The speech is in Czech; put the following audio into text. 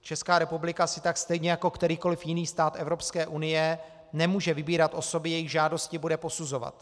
Česká republika si tak stejně jako kterýkoliv jiný stát Evropské unie nemůže vybírat osoby, jejichž žádosti bude posuzovat.